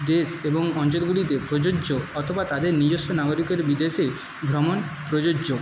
দেশ এবং অঞ্চলগুলিতে প্রযোজ্য অথবা তাদের নিজস্ব নাগরিকের বিদেশে ভ্রমণ প্রযোজ্য